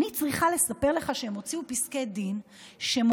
אני צריכה לספר לך שהם הוציאו פסקי דין שמונעים